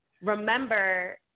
remember